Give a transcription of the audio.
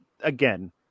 Again